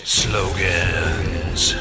slogans